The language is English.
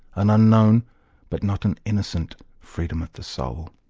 an unknown but not an innocent freedom of the soul.